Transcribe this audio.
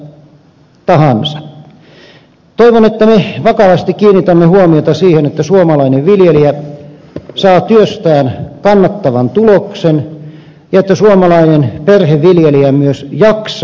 toivon että me vakavasti kiinnitämme huomiota siihen että suomalainen viljelijä saa työstään kannattavan tuloksen ja että suomalainen perheviljelijä myös jaksaa ja voi hyvin